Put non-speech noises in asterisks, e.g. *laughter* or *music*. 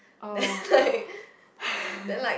oh *laughs*